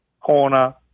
corner